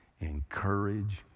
Encourage